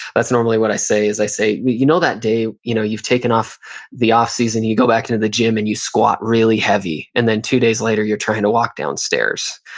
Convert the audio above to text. that's normally what i say is i say, you know that day, you know you've taken off the off season and you go back into the gym and you squat really heavy and then two days later you're trying to walk down stairs?